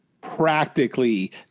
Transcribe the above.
practically